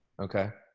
okay.